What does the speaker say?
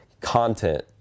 content